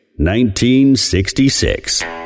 1966